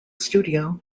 studio